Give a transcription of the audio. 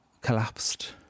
collapsed